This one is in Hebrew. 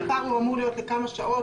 הוא אמור להיות לכמה שעות,